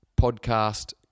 Podcast